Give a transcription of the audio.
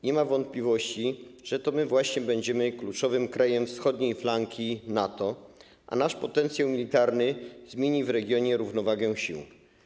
Nie ma wątpliwości, że to my właśnie będziemy kluczowym krajem wschodniej flanki NATO, a nasz potencjał militarny zmieni w regionie równowagę sił.